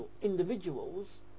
individuals